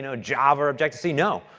know, java or object c, no.